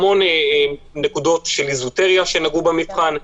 המון נקודות של אזוטריה שנגעו במבחן,